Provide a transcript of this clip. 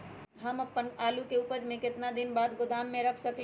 हम अपन आलू के ऊपज के केतना दिन बाद गोदाम में रख सकींले?